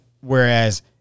Whereas